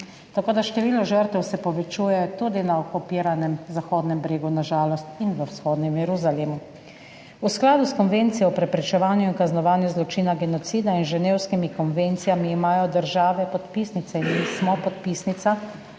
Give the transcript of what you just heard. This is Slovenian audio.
Tako da, število žrtev se povečuje tudi na okupiranem Zahodnem bregu, na žalost, in v vzhodnem Jeruzalemu. V skladu s Konvencijo o preprečevanju in kaznovanju zločina genocida in z Ženevskimi konvencijami imajo države podpisnice, in mi smo podpisnica,